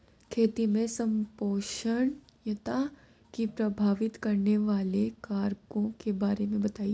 खेती में संपोषणीयता को प्रभावित करने वाले कारकों के बारे में बताइये